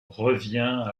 revient